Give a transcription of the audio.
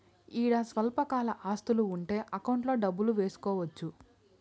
ఈడ స్వల్పకాల ఆస్తులు ఉంటే అకౌంట్లో డబ్బులు వేసుకోవచ్చు